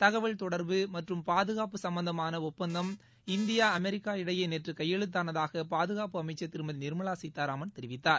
தகவல் தொடர்பு மற்றும் பாதுகாப்பு சம்பந்தமானஒப்பந்தம் இந்தியா அமெரிக்க இடையேநேற்றுகையெழுத்தானதாகபாதுகாப்பு அமைச்சர் திருமதிநிர்மலாசீதாராமன் தெரிவித்தார்